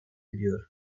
ediyor